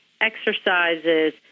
exercises